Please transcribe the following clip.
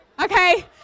okay